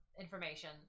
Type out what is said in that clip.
information